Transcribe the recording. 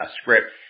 script